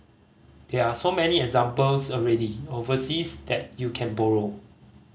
there are so many examples already overseas that you can borrow